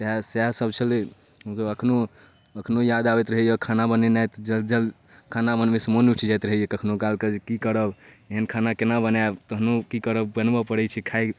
वएह सएहसब छलै जे एखनहु एखनहु याद आबैत रहैए खाना बनेनाइ तऽ जब खाना बनबैसँ मोन उठि जाएत रहैए कखनहुकालके जे कि करब एहन खाना कोना बनाएब तहनो कि करब बनबऽ पड़ै छै खाइ